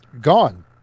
gone